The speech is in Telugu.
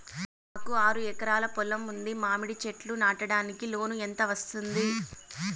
మాకు ఆరు ఎకరాలు పొలం ఉంది, మామిడి చెట్లు నాటడానికి లోను ఎంత వస్తుంది?